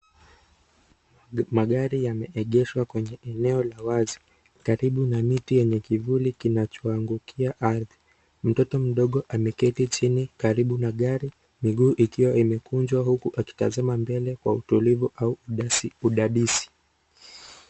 Magari yameegeshwa kwenye eneo la wazi karibu na mti yenye kivuli kinachoangukia ardhi. Mtoto mdogo ameketi chini karibu na gari, miguu ikiwa imekunjwa huku akitazama mbele kwa utulivu au udadisi.